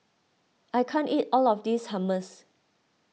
I can't eat all of this Hummus